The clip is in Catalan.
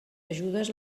ajudes